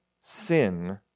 sin